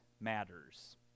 matters